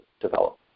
develop